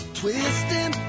twisting